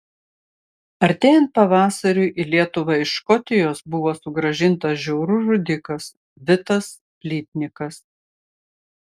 artėjant pavasariui į lietuvą iš škotijos buvo sugrąžintas žiaurus žudikas vitas plytnikas